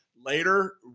later